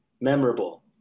Memorable